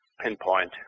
pinpoint